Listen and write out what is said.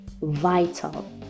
vital